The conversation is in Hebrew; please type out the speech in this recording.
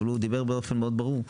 אבל הוא דיבר באופן מאוד ברור,